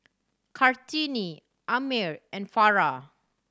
Kartini Ammir and Farah